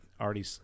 already